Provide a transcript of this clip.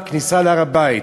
אסרו כניסה להר-הבית.